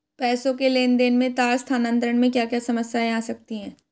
पैसों के लेन देन में तार स्थानांतरण में क्या क्या समस्याएं आ सकती हैं?